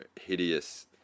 hideous